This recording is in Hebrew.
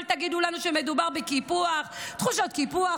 אל תגידו לנו שמדובר בקיפוח ובתחושות קיפוח,